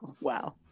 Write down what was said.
wow